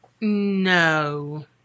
No